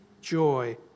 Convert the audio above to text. joy